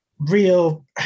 real